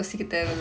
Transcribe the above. correct